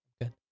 Good